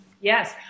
yes